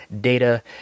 data